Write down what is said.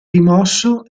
rimosso